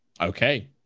okay